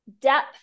depth